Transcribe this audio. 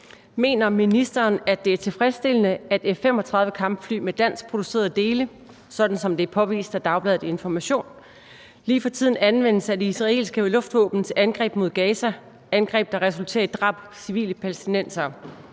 Mener ministeren, at det er tilfredsstillende, at F-35-kampfly med danskproducerede dele – sådan som det er påvist af Dagbladet Information – lige for tiden anvendes af det israelske luftvåben til angreb mod Gaza, altså angreb, der resulterer i drab på civile palæstinensere,